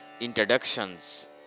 introductions